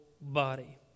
body